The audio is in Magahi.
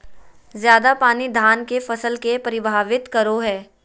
ज्यादा पानी धान के फसल के परभावित करो है?